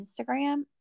Instagram